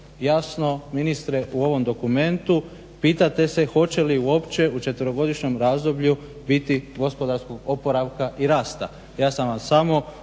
jasno ministre u ovom dokumentu pitate se hoće li uopće u četverogodišnjem razdoblju biti gospodarskog oporavka i rasta. Ja sam vam samo